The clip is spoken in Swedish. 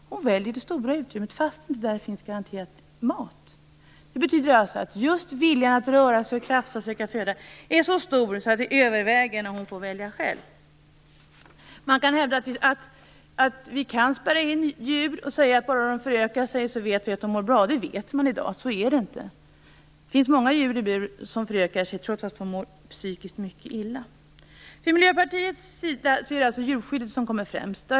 Hon väljer det stora utrymmet, trots att det inte garanterat finns mat där. Det betyder alltså att just viljan att röra sig, krafsa och söka föda är så stor att den överväger när hon får välja själv. Det hävdas att vi kan spärra in djur. Det hävdas att bara de förökar sig så vet vi att de mår de bra. Men i dag vet man att så är det inte. Det finns många djur i bur som förökar sig, trots att de psykiskt mår mycket illa. För Miljöpartiet är det alltså djurskyddet som kommer främst.